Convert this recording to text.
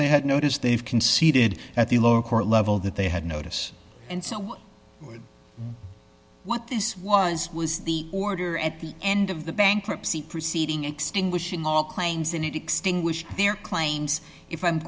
they had noticed they have conceded at the lower court level that they had notice and so what this was was the order at the end of the bankruptcy proceeding extinguishing all claims and it extinguished their claims if i'm